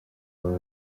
baba